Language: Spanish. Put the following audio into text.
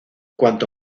cuanto